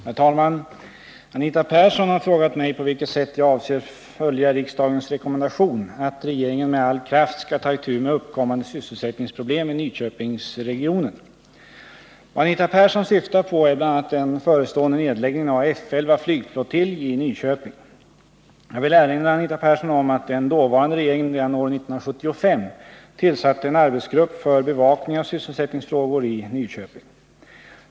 49, och anförde: Herr talman! Anita Persson har frågat mig på vilket sätt jag avser följa riksdagens rekommendation att regeringen med all kraft skall ta itu med uppkommande sysselsättningsproblem i Nyköpingsregionen. Vad Anita Persson syftar på är bl.a. den förestående nedläggningen av F 11 31 flygflottilj i Nyköping. Jag vill erinra Anita Persson om att den dåvarande regeringen redan år 1975 tillsatte en arbetsgrupp för bevakning av sysselsättningsfrågor i Nyköping.